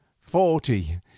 forty